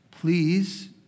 please